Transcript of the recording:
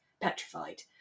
petrified